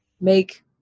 make